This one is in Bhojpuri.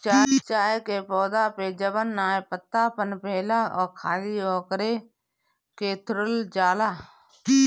चाय के पौधा पे जवन नया पतइ पनपेला खाली ओकरे के तुरल जाला